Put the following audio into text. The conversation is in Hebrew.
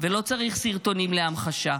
ולא צריך סרטונים להמחשה.